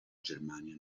germania